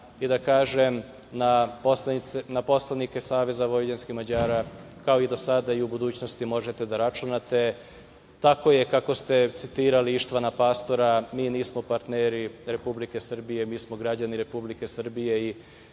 i da kažem na poslanike SVM, kao i do sada, i u budućnosti možete da računate. Tako je kako ste citirali Ištvana Pastora – mi nismo partneri Republike Srbije, mi smo građani Republike Srbije